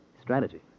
Strategy